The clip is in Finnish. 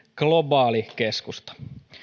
globaali keskusta